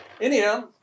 Anyhow